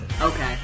Okay